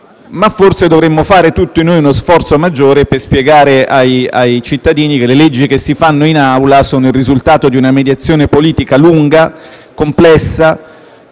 noi dovremmo fare uno sforzo maggiore per spiegare ai cittadini che le leggi che si adottano in Assemblea sono il risultato di una mediazione politica lunga e complessa,